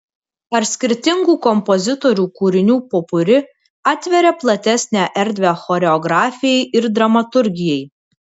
ar skirtingų kompozitorių kūrinių popuri atveria platesnę erdvę choreografijai ir dramaturgijai